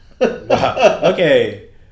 Okay